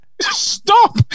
Stop